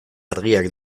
argiak